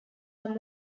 are